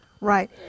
Right